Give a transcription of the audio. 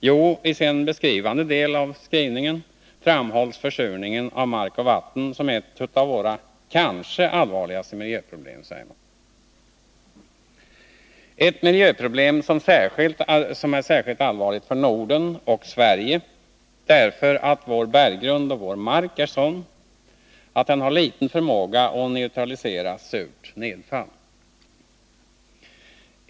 Jo, i den beskrivande delen av skrivningen framhålls försurningen av mark och vatten som ett av våra kanske allvarligaste miljöproblem, ett miljöproblem som är särskilt allvarligt för Norden och Sverige, därför att vår berggrund och vår mark är sådana att de har liten förmåga att neutralisera surt nedfall.